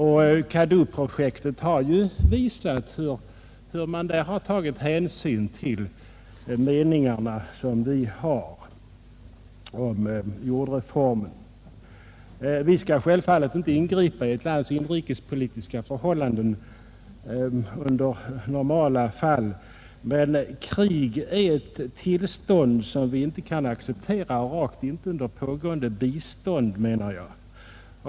CADU-projektet har ju visat hur man i Etiopien har tagit hänsyn till de meningar vi har om jordreformen. Vi skall självfallet inte ingripa i ett lands inrikespolitiska förhållanden i normala fall, men krig är ett tillstånd som vi inte kan acceptera, i synnerhet inte under pågående biståndsverksamhet.